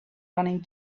running